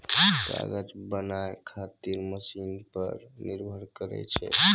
कागज बनाय खातीर मशिन पर निर्भर करै छै